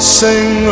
sing